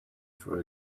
for